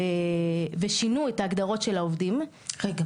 ושינו את ההגדרות של העובדים --- רגע,